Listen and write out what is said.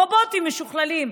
רובוטים משוכללים,